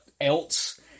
else